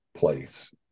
Place